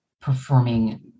performing